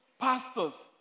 pastors